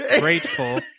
Grateful